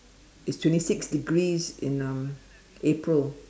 it's twenty six degrees in um April